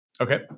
Okay